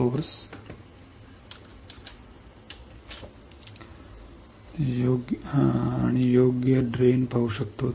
आम्ही येथे स्रोत पाहू शकतो आम्ही येथे योग्य निचरा पाहू शकतो